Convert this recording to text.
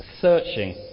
searching